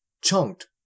chunked